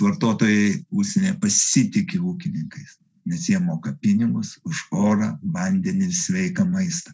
vartotojai užsienyje pasitiki ūkininkais nes jie moka pinigus už orą vandenį sveiką maistą